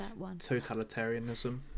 totalitarianism